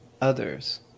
others